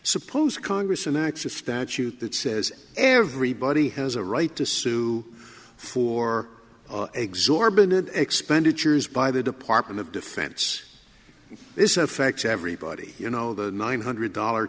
suppose congress enacts a statute that says everybody has a right to sue for exorbitant expenditures by the department of defense this affects everybody you know the nine hundred dollar